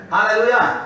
Hallelujah